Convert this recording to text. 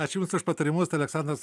ačiū jum už patarimus aleksandras